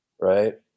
right